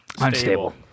unstable